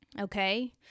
okay